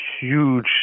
huge